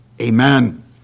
Amen